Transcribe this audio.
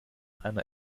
einer